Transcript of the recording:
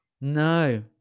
No